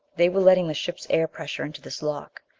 they were letting the ship's air-pressure into this lock.